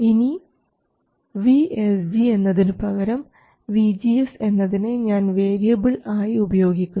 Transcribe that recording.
ഇനി vSG എന്നതിനുപകരം vGS എന്നതിനെ ഞാൻ വേരിയബിൾ ആയി ഉപയോഗിക്കുന്നു